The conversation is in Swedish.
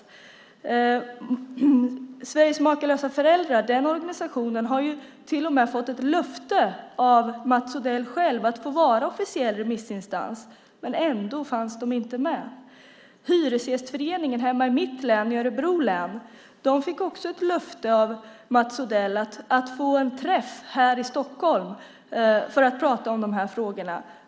Organisationen Sveriges makalösa föräldrar har till och med fått ett löfte av Mats Odell själv att få vara officiell remissinstans. Ändå fanns de inte med. Hyresgästföreningen hemma i mitt län, i Örebro län, fick också ett löfte av Mats Odell att få en träff här i Stockholm för att prata om de här frågorna.